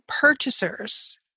purchasers